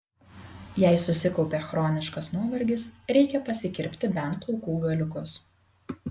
jei susikaupė chroniškas nuovargis reikia pasikirpti bent plaukų galiukus